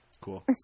Cool